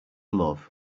love